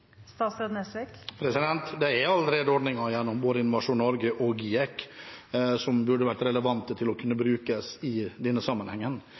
Det er allerede ordninger gjennom både Innovasjon Norge og GIEK som det burde være relevant å kunne bruke i denne sammenhengen.